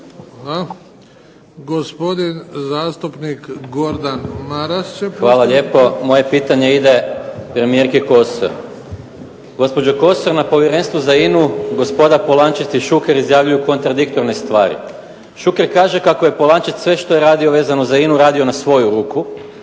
pitanje. **Maras, Gordan (SDP)** Hvala lijepo. Moje pitanje ide premijerki Kosor. Gospođo Kosor, na povjerenstvu za INA-u gospoda Polančec i Šuker izjavljuju kontradiktorne stvari. Šuker kaže kako je Polančec sve što je radio vezano za INA-u radio na svoju ruku,